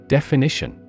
Definition